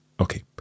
Okay